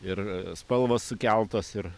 ir spalvos sukeltos ir